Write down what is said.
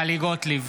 טלי גוטליב,